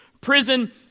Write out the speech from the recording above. prison